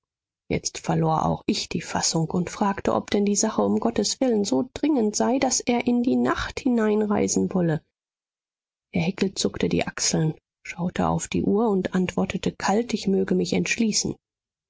jetzt verlor auch ich die fassung und fragte ob denn die sache um gottes willen so dringend sei daß er in die nacht hineinreisen wolle herr hickel zuckte die achseln schaute auf die uhr und antwortete kalt ich möge mich entschließen